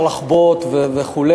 ועוד לקח מהעבר: אפשר לחבוט וכו',